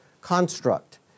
construct